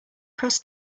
cross